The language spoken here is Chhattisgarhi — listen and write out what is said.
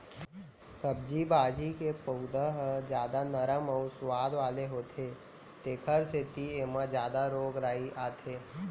सब्जी भाजी के पउधा ह जादा नरम अउ सुवाद वाला होथे तेखर सेती एमा जादा रोग राई आथे